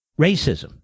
racism